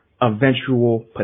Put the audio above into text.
eventual